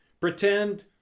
Pretend